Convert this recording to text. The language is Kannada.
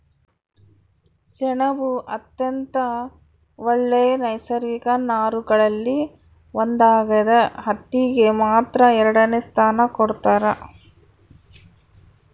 ಸೆಣಬು ಅತ್ಯಂತ ಒಳ್ಳೆ ನೈಸರ್ಗಿಕ ನಾರುಗಳಲ್ಲಿ ಒಂದಾಗ್ಯದ ಹತ್ತಿಗೆ ಮಾತ್ರ ಎರಡನೆ ಸ್ಥಾನ ಕೊಡ್ತಾರ